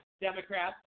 Democrats